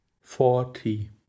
forty